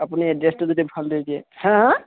আপুনি এড্ৰেছটো যদি ভালদৰে দিয়ে হা হা